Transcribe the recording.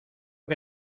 que